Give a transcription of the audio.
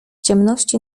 ciemności